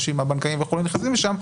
נכנסים לשם,